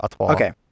Okay